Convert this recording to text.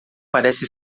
parece